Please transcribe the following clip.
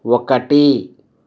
ఒకటి